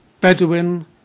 Bedouin